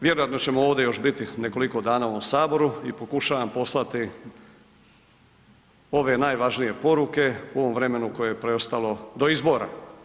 Vjerojatno ćemo ovdje još biti nekoliko dana u ovome saboru i pokušavam poslati ove najvažnije poruke u ovom vremenu koje je preostalo do izbora.